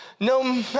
No